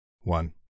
One